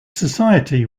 society